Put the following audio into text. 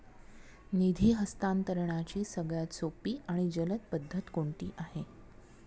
निधी हस्तांतरणाची सगळ्यात सोपी आणि जलद पद्धत कोणती आहे?